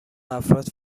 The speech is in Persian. افراد